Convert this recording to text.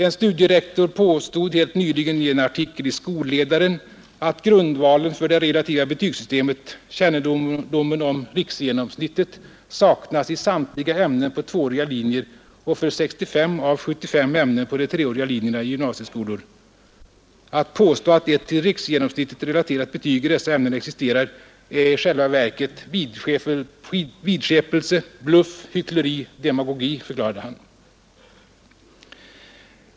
En studierektor pästod helt nyligen i en artikel i Skolledaren att grundvalen för det relativa betygssystemet — kännedomen om riksgenomsnittet — saknas för samtliga ämnen på tvååriga linjer och för 65 av 75 ämnen på de treåriga linjerna i gymnasieskolan. Att påstå att ett till riksgenomsnittet relaterat betyg i dessa ämnen existerar är i själva verket ”vidskepelse, bluff, hyckleri, demagogi”, förklarade han.